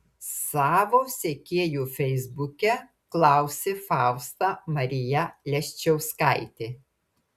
savo sekėjų feisbuke klausė fausta marija leščiauskaitė